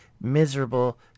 miserable